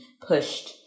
pushed